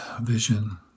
vision